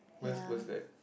when's when's that